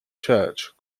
church